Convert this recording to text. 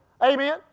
Amen